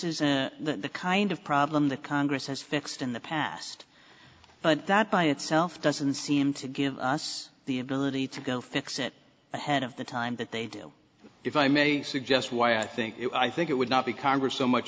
is the kind of problem that congress has fixed in the past but that by itself doesn't seem to give us the ability to go fix it ahead of the time that they do if i may suggest why i think it was i think it would not be congress so much